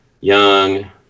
young